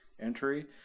entry